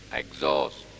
exhaust